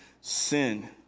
sin